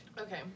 Okay